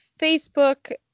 Facebook